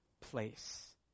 place